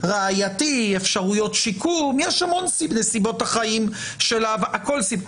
ראייתי, אפשרויות שיקום, נסיבות החיים של העבריין.